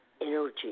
energy